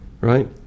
right